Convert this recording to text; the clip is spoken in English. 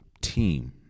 team